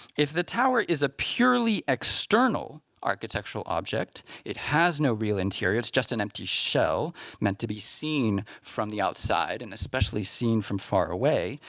if the tower is a purely external architectural object, it has no real interior. it's just an empty shell meant to be seen from the outside, and especially seen from far away.